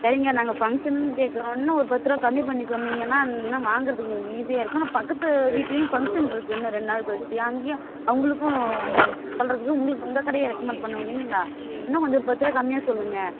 சரிங்க நாங்கள் ஃபங்ஷன்னு கேட்குறோம் இன்னும் ஒரு பத்து ரூபாய் கம்மி பண்ணி சொன்னீங்கனால் இன்றும் வாங்கிறதுக்கு எங்களுக்கு ஈசியாக இருக்கும் இன்னும் பக்கத்து வீட்லேயும் ஃபங்ஷன்ருக்கு இன்னும் ரெண்டு நாள் கழித்து அங்கேயும் அவங்குளுக்கும் சொல்கிறதுக்கு உங்களுக்கு உங்கள் கடையை ரெக்கமெண்ட் பண்ணுவோம் இல்லைங்களா இன்றும் கொஞ்சம் பத்துரூபாய் கம்மியாக சொல்லுங்க